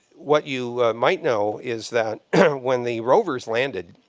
what you might know is that when the rovers landed